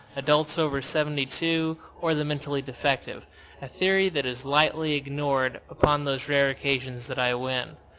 adults over seventy-two or the mentally defective a theory that is lightly ignored upon those rare occasions that i win.